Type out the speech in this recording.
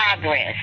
progress